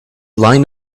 line